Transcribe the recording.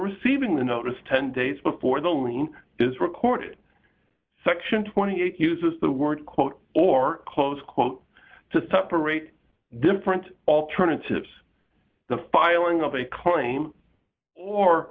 receiving the notice ten days before the loan is reported section twenty eight dollars uses the word quote or close quote to separate different alternatives the filing of a claim or